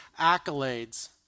accolades